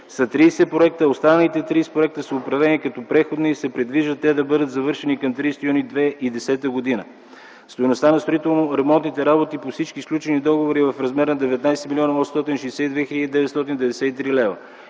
останалите 30 проекта са определени като преходни и се предвижда те да бъдат завършени към 30 юни 2010 г. Стойността на строително-ремонтните работи по всички сключени договори е в размер на 19 млн. 862 хил. 993 лв.